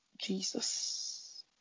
Jesus